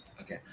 okay